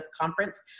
conference